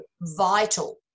vital